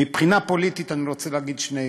מבחינה פוליטית אני רוצה להגיד שני